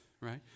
right